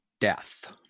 Death